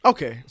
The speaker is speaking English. Okay